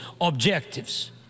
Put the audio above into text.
objectives